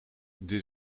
dit